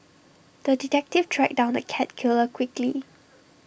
the detective tracked down the cat killer quickly